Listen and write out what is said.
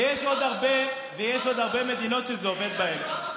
ויש עוד הרבה מדינות שזה עובד בהן.